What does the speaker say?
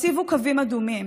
תציבו קווים אדומים.